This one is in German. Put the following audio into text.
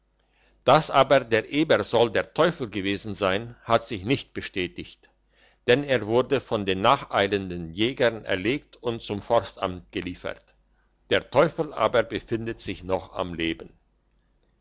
dass aber der eber soll der teufel gewesen sein hat sich nicht bestätigt denn er wurde von den nacheilenden jägern erlegt und zum forstamt geliefert der teufel aber befindet sich noch am leben